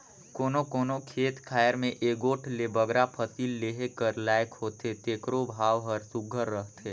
कोनो कोनो खेत खाएर में एगोट ले बगरा फसिल लेहे कर लाइक होथे तेकरो भाव हर सुग्घर रहथे